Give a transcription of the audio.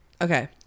Okay